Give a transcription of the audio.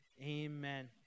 Amen